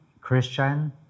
Christian